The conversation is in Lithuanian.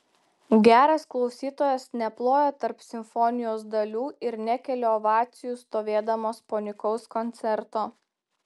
geras klausytojas neploja tarp simfonijos dalių ir nekelia ovacijų stovėdamas po nykaus koncerto